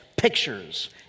pictures